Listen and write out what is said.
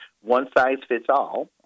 one-size-fits-all